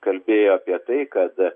kalbėjo apie tai kad